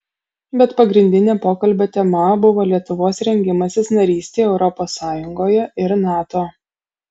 bet pagrindinė pokalbio tema buvo lietuvos rengimasis narystei europos sąjungoje ir nato